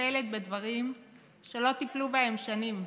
מטפלת בדברים שלא טיפלו בהם שנים.